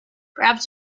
perhaps